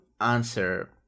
answer